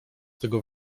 tego